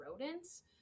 rodents